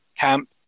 Camp